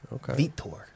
Vitor